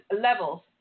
levels